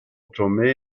tomé